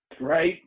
right